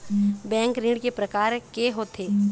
Bank ऋण के प्रकार के होथे?